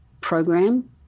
program